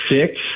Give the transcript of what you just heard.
six